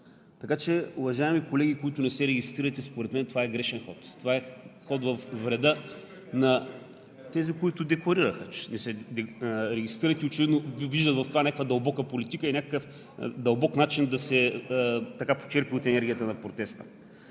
Така че, уважаеми колеги, които не се регистрирате, според мен това е грешен ход, това е ход във вреда (реплика от ГЕРБ) на тези, които декларираха, че не се регистрират. Очевидно виждат в това някаква дълбока политика и някакъв дълбок начин да се почерпи от енергията на протеста.